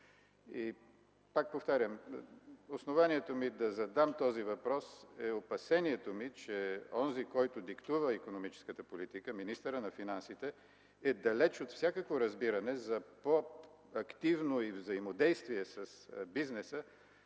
Пак повтарям – основанието ми да задам този въпрос е опасението ми, че онзи, които диктува икономическата политика, министърът на финансите, е далеч от всякакво разбиране за по-активно взаимодействие с бизнеса